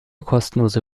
kostenlose